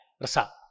Rasa